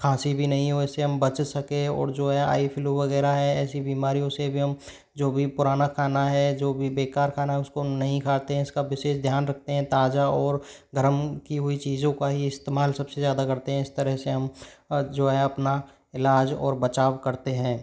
खांसी भी नहीं हो इससे हम बच सकें और जो है आई फ़्लू वगैरह है ऐसी बीमारियों से भी हम जो भी पुराना खाना है जो भी बेकार खाना है उसको नहीं खाते हैं इसका विशेष ध्यान रखते हैं ताज़ा और गर्म की हुई चीज़ों का ही इस्तेमाल सबसे ज़्यादा करते हैं इस तरह से हम जो है अपना इलाज और बचाव करते हैं